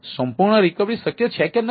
સંપૂર્ણ રિકવરી શક્ય છે કે નહીં